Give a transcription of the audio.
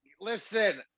Listen